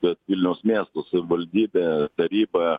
kad vilniaus miesto savivaldybė taryba